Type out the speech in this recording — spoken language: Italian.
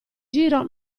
giro